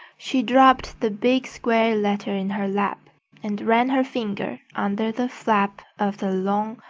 she dropped the big square letter in her lap and ran her finger under the flap of the long,